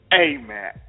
Amen